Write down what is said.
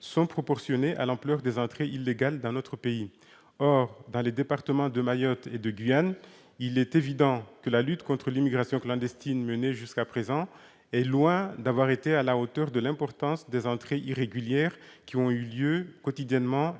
sont proportionnées à l'ampleur des entrées illégales dans notre pays. Or, dans les départements de Mayotte et de Guyane, il est évident que la lutte contre l'immigration clandestine menée jusqu'à présent est loin d'être à la hauteur de l'ampleur des entrées irrégulières qui ont lieu quotidiennement